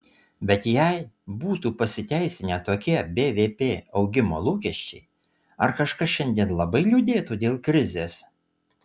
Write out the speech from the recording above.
bet jei būtų pasiteisinę tokie bvp augimo lūkesčiai ar kažkas šiandien labai liūdėtų dėl krizės